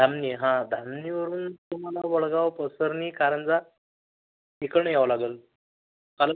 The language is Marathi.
धामणी हां धामणीवरून तुम्हाला वडगाव कोसरनी कारंजा इकडून यावं लागेल चालेल